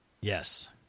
Yes